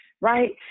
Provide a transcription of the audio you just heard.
right